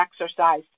exercise